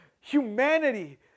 humanity